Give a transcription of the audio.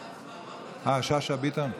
אה, שאשא ביטון.